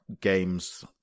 games